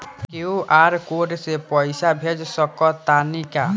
QR code से पईसा भेज सक तानी का?